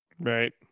Right